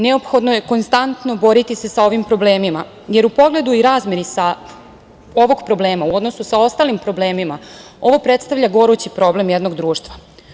Neophodno je konstantno boriti se sa ovim problemima jer u pogledu i razmeni ovog problema u odnosu sa ostalim problemima ovo predstavlja gorući problem jednog društva.